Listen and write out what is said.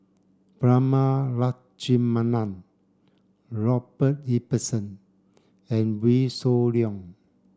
Prema Letchumanan Robert Ibbetson and Wee Shoo Leong